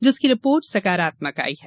जिसकी रिपोर्ट सकारात्मक आई है